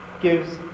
gives